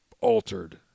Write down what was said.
altered